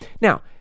Now